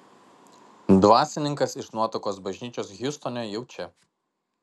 dvasininkas iš nuotakos bažnyčios hjustone jau čia